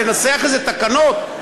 לנסח איזה תקנות,